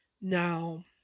Now